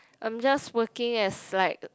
I'm just working as like